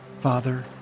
father